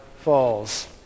falls